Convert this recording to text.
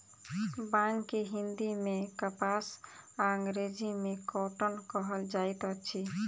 बांग के हिंदी मे कपास आ अंग्रेजी मे कौटन कहल जाइत अछि